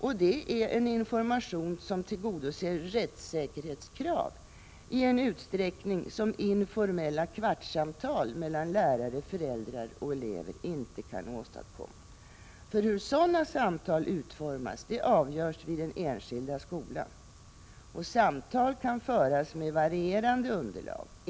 Och det är en information som tillgodoser rättssäkerhetskrav i en utsträckning som informella kvartssamtal mellan lärare, föräldrar och elever inte kan åstadkomma. Hur sådana samtal utformas avgörs vid den enskilda skolan. Samtal kan föras med varierande underlag.